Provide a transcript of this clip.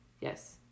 yes